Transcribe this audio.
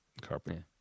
Carpet